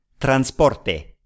transporte